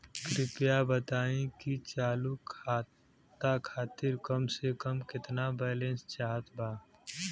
कृपया बताई कि चालू खाता खातिर कम से कम केतना बैलैंस चाहत बा